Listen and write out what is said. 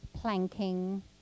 planking